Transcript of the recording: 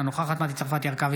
אינה נוכחת מטי צרפתי הרכבי,